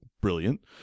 brilliant